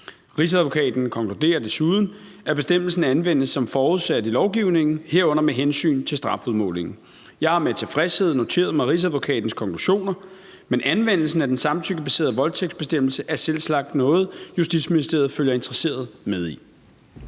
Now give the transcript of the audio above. Rigsadvokaten konkluderer desuden, at bestemmelsen anvendes som forudsat i lovgivningen, herunder med hensyn til strafudmålingen. Jeg har med tilfredshed noteret mig Rigsadvokatens konklusioner, men anvendelsen af den samtykkebaserede voldtægtsbestemmelse er selvsagt noget, Justitsministeriet følger interesseret med i.